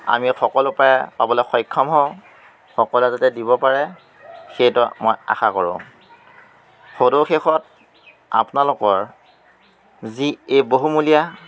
আমি সকলোৰপৰাই পাবলৈ সক্ষম হওঁ সকলোৱে যাতে দিব পাৰে সেইটো মই আশা কৰোঁ সদৌ শেষত আপোনালোকৰ যি এই বহুমূলীয়া